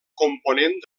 component